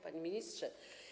Panie Ministrze!